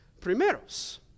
primeros